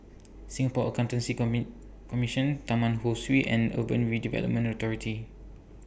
Singapore Accountancy Commission Taman Ho Swee and Urban Redevelopment Authority